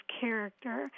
character